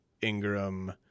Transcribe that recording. Ingram